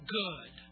good